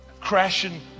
crashing